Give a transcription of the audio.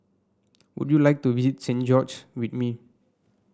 would you like to visit Saint George with me